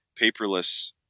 paperless